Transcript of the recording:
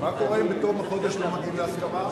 מה קורה אם בתום החודש לא מגיעים להסכמה?